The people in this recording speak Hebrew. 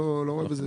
זה